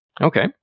Okay